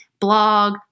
blog